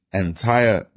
entire